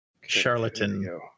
Charlatan